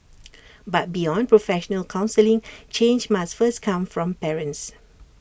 but beyond professional counselling change must first come from parents